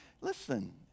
Listen